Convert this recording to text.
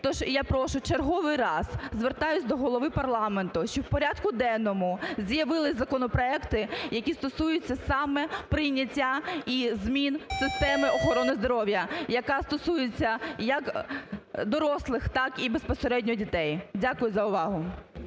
Тож я прошу в черговий раз, звертаюсь до голови парламенту, що в порядку денному з'явились законопроекти, які стосуються саме прийняття і змін системи охорони здоров'я, яка стосується як дорослих так і безпосередньо дітей. Дякую за увагу.